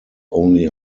only